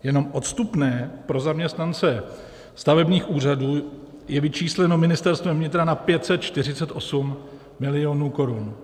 Jenom odstupné pro zaměstnance stavebních úřadů je vyčísleno Ministerstvem vnitra na 548 milionů korun.